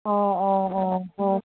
অঁ অঁ অঁ অঁ